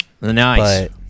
nice